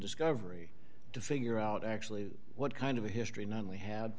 discovery to figure out actually what kind of a history not only had